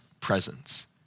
presence